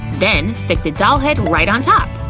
then stick the doll head right on top!